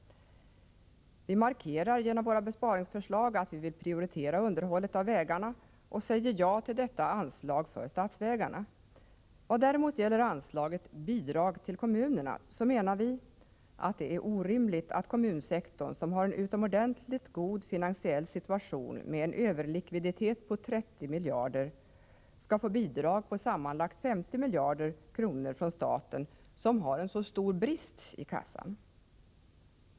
Vi markerar genom våra besparingsförslag att vi vill prioritera underhållet av vägarna och säger ja till detta anslag beträffande statsvägarna. Vad däremot gäller bidraget till kommunerna, menar vi att det är orimligt att kommunsektorn, som har en utomordentligt god finansiell situation, med en överlikviditet på 30 miljarder, skall få bidrag på sammanlagt 50 miljarder från staten, som har en stor brist i kassan.